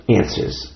answers